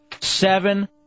Seven